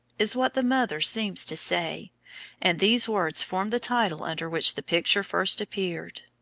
is what the mother seems to say and these words form the title under which the picture first appeared.